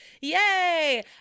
yay